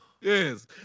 Yes